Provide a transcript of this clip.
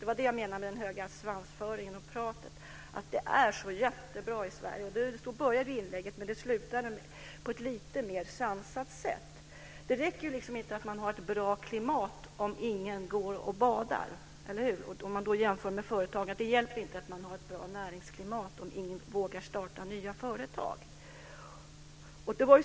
Det var det som jag menade med den höga svansföringen och pratet om att det är så jättebra i Sverige. Så började inlägget, men det slutade på ett lite mer sansat sätt. Det räcker liksom inte att man har ett bra klimat om ingen går och badar, eller hur? Om man då jämför situationen med företagarnas, hjälper det inte att man har ett bra näringsklimat om ingen vågar starta nya företag.